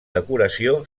decoració